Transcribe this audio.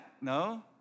No